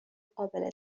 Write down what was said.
قابل